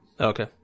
Okay